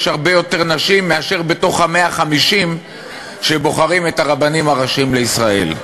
הרבה יותר נשים מאשר בתוך ה-150 שבוחרים את הרבנים הראשיים לישראל.